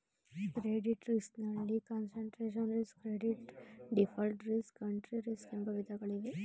credit risk ನಲ್ಲಿ concentration risk, credit default risk, country risk ಎಂಬ ವಿಧಗಳಿವೆ